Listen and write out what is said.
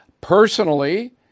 personally